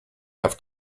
have